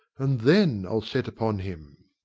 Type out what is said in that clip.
and then i'll set upon him.